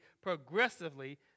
progressively